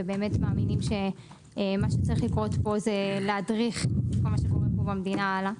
ומאמינים שמה שצריך לקרות פה זה להדריך את כל מה שקורה פה במדינה הלאה.